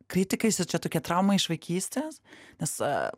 kritikais ir čia tokia trauma iš vaikystės nes